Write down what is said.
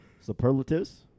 superlatives